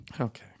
Okay